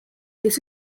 this